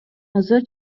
азыр